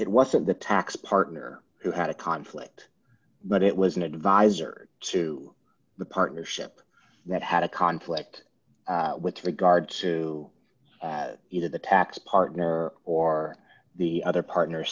it wasn't the tax partner who had a conflict but it was an advisor to the partnership that had a conflict with regard to the tax partner or the other partner